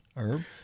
herb